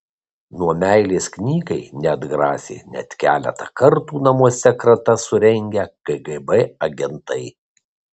nuo meilės knygai neatgrasė net keletą kartų namuose kratas surengę kgb agentai